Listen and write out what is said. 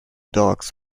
dogs